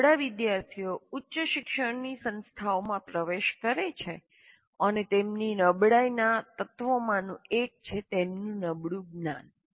જો નબળા વિદ્યાર્થીઓ ઉચ્ચ શિક્ષણની સંસ્થાઓમાં પ્રવેશ કરે છે અને તેમની નબળાઇના તત્વોમાંનું એક છે તેમનું નબળું જ્ઞાન